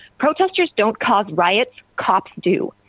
protesters don't cause riots, cops do.